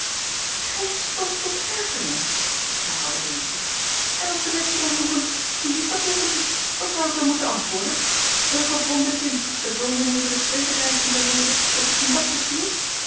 geen stof tot ergernis herhaalde leentje en als de menschen dan vroegen wie is dat juffertje wat zou ik dan moeten antwoorden een gevonden kind dat dominee voor de tweede reis in zijn leven wordt op zijn dak gestuurd